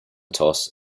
toss